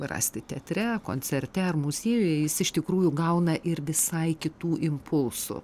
rasti teatre koncerte ar muziejuje jis iš tikrųjų gauna ir visai kitų impulsų